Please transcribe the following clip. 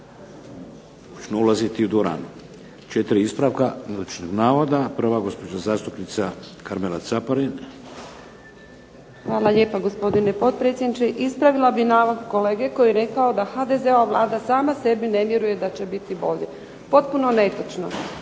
Hvala lijepa gospodine potpredsjedniče. Ispravila bih navod kolege koji je rekao da HDZ-ova Vlada sama sebi ne vjeruje da će biti bolje. Potpuno netočno.